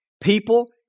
people